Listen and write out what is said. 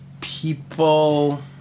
people